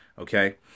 okay